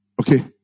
okay